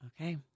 Okay